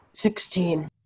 Sixteen